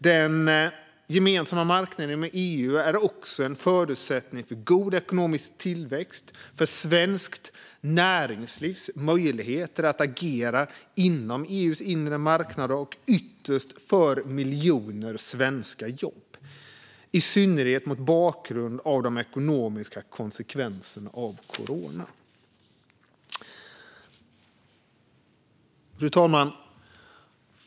Den gemensamma marknaden inom EU är också en förutsättning för god ekonomisk tillväxt, för svenskt näringslivs möjligheter att agera inom EU:s inre marknad och ytterst för miljoner svenska jobb, i synnerhet mot bakgrund av de ekonomiska konsekvenserna av coronaviruset. Fru talman!